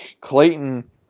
Clayton